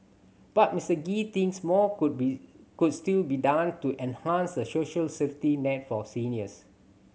but Mister Gee thinks more could be could still be done to enhance the social safety net for seniors